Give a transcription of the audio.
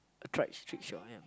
a tri~ trickshaw yeah